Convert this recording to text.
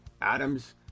Adams